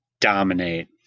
dominate